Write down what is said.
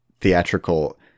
theatrical